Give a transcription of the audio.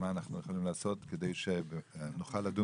מה אנחנו יכולים לעשות כדי שנוכל לדון